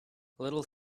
little